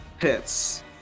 Hits